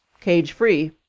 cage-free